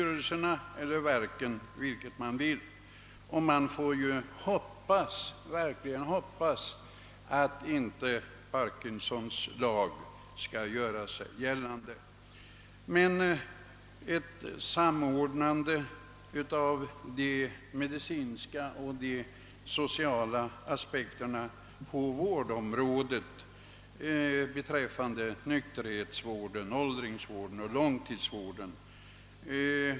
Vi får nu bara hoppas att vi inte skall behöva uppleva någonting av Parkinsons lag i detta nya verk. Det är uppenbart att det behövs en samordning av de medicinska och sociala åtgärderna både när det gäller nykterhetsvård, åldringsvård och långtidsvård.